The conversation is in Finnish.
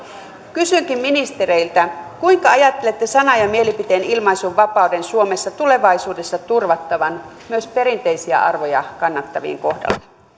kysynkin ministereiltä kuinka ajattelette sanan ja mielipiteenilmaisunvapauden suomessa tulevaisuudessa turvattavan myös perinteisiä arvoja kannattavien kohdalla